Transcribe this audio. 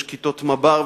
יש כיתות מב"ר,